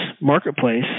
marketplace